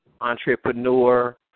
entrepreneur